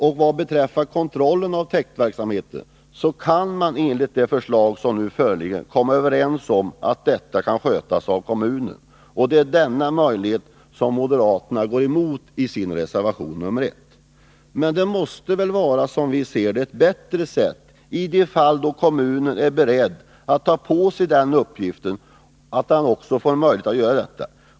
Enligt föreliggande förslag kan man också beträffande kontrollen av täktverksamheten komma överens om att denna kan skötas av kommunen. Det är denna möjlighet som moderaterna i reservation 1 går emot. Som vi ser det måste det vara riktigt att kommunerna tar på sig denna uppgift i de fall de är beredda att göra det.